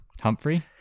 Humphrey